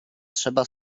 trzeba